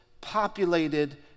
populated